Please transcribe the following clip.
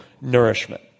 nourishment